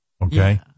okay